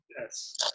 Yes